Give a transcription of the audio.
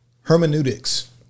Hermeneutics